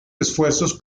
esfuerzos